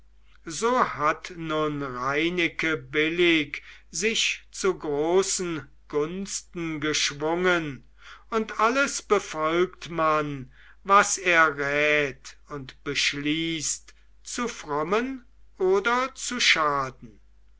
so hat nun reineke billig sich zu großen gunsten geschwungen und alles befolgt man was er rät und beschließt zu frommen oder zu schaden